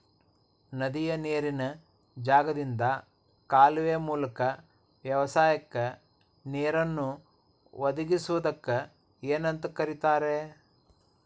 ನದಿಯ ನೇರಿನ ಜಾಗದಿಂದ ಕಾಲುವೆಯ ಮೂಲಕ ವ್ಯವಸಾಯಕ್ಕ ನೇರನ್ನು ಒದಗಿಸುವುದಕ್ಕ ಏನಂತ ಕರಿತಾರೇ?